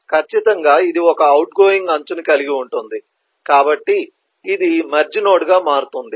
ఖచ్చితంగా ఇది ఒక అవుట్గోయింగ్ అంచుని కలిగి ఉంటుంది కాబట్టి ఇది మెర్జ్ నోడ్గా మారుతుంది